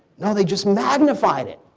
no, they just magnified it.